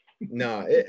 no